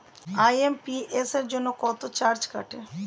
IMPS জন্য কত charge কাটে?